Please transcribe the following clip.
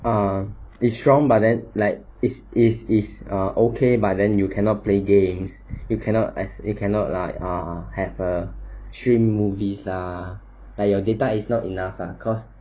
ah it's strong but then like is is is ah okay but then you cannot play game you cannot ah you cannot like ah have a stream movies ah like your data is not enough ah cause